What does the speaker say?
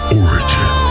origin